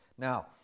Now